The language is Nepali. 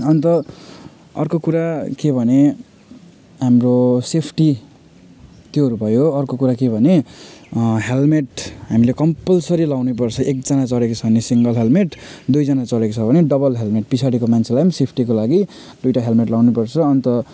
अन्त अर्को कुरा के भने हाम्रो सेफ्टी त्योहरू भयो अर्को कुरा के भने हेलमेट हामीले कम्पलसरी लगाउनै पर्छ एकजना चढेको छ भने सिङ्गल हेलमेट दुइजना चढेको छ भने डबल हेलमेट पछाडिको मान्छेलाई सेफ्टीको लागि दुइवटा हेलमेट लगाउनै पर्छ अन्त